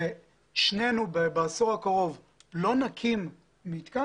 ושנינו בעשור הקרוב שנינו לא נקים מתקן